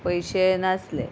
पयशे नासले